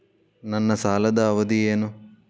ನನ್ನ ಸಾಲದ ಅವಧಿ ಏನು?